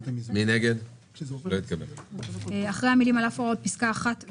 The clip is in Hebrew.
ואני חוזר כאשר הם רואים מה אומרים היזמים שקונים קרקעות במחיר גבוה,